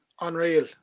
unreal